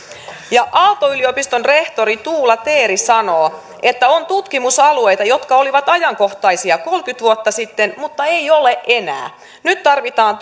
aalto yliopiston rehtori tuula teeri sanoo että on tutkimusalueita jotka olivat ajankohtaisia kolmekymmentä vuotta sitten mutta eivät ole enää nyt tarvitaan